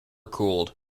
cooled